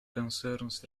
concerns